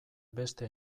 beste